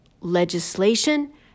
legislation